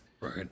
Right